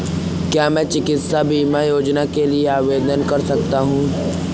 क्या मैं चिकित्सा बीमा योजना के लिए आवेदन कर सकता हूँ?